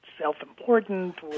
self-important